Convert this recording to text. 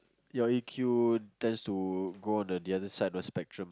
you E_Q tends to go on the other side of the spectrum